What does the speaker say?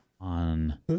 on